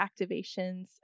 activations